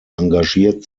engagiert